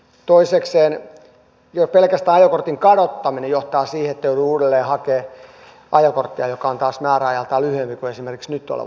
toisekseen jo pelkästään ajokortin kadottaminen johtaa siihen että joutuu uudelleen hakemaan ajokorttia joka on taas määräajaltaan lyhyempi kuin esimerkiksi nyt oleva ajokortti